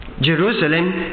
Jerusalem